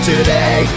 Today